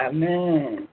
Amen